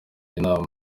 imam